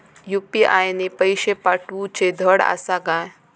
UPI ने पैशे पाठवूचे धड आसा काय?